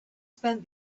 spent